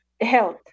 health